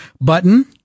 button